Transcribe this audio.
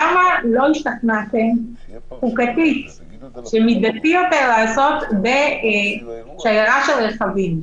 למה לא השתכנעתם חוקתית שמידתי יותר לעשות שיירה של רכבים?